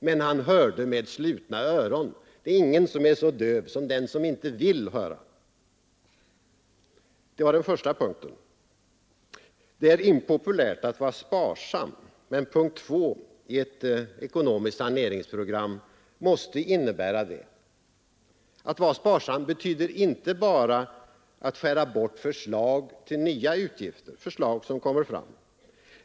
Men han hörde med slutna öron — det är ingen som är så döv som den som inte vill höra. Det var den första punkten. Det är impopulärt att vara sparsam, men punkt 2 i ett ekonomiskt saneringsprogram måste innebära det. Att vara sparsam betyder inte bara att skära bort förslag som framförs till nya utgifter.